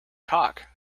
cock